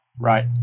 Right